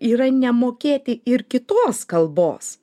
yra nemokėti ir kitos kalbos